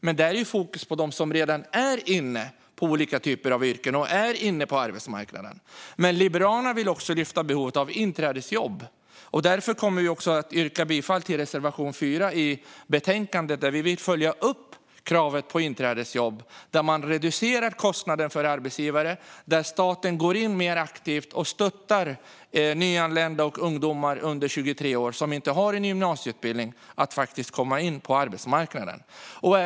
Men där är det fokus på dem som redan är inne på olika typer av yrken och är inne på arbetsmarknaden. Men Liberalerna vill också lyfta fram behovet av inträdesjobb. Därför kommer vi också att yrka bifall till reservation 4 i betänkandet, där vi vill följa upp kravet på inträdesjobb, där man reducerar kostnaden för arbetsgivare och där staten går in mer aktivt och stöttar nyanlända och ungdomar under 23 år som inte har en gymnasieutbildning för att de faktiskt ska komma in på arbetsmarknaden.